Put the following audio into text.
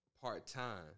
part-time